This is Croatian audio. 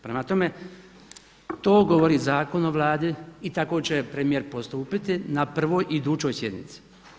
Prema tome, to govori zakon o Vladi i tako će premijer postupiti na prvoj idućoj sjednici.